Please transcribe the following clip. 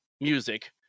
music